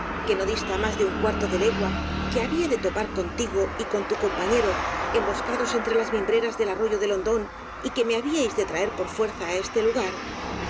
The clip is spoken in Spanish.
que no dista más de un cuarto de legua que había de topar contigo y con tu compañero emboscados entre las mim breras del arroyo del hondón y que me habíais de traer por fuerza á este lugar